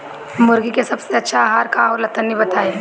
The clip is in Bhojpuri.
मुर्गी के सबसे अच्छा आहार का होला तनी बताई?